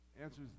Answers